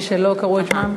(קוראת בשמות חברי הכנסת)